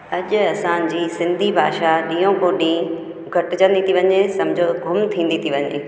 अॼु असांजी सिंधी भाषा ॾींहो को ॾींहुं घटिजंदी थी वञे सम्झो गुम थींदी थी वञे